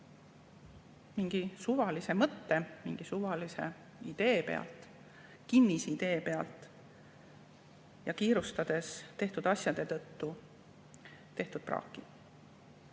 mingi suvalise mõtte, mingi suvalise idee pealt, kinnisidee pealt ja kiirustades tehtud asjade tõttu tehtud praaki.